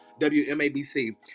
wmabc